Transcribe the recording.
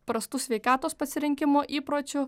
prastų sveikatos pasirinkimo įpročių